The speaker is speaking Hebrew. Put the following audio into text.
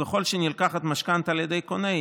וככל שנלקחת משכנתה על ידי קונה,